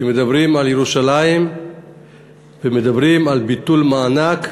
כי מדברים על ירושלים ומדברים על ביטול מענק,